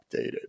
updated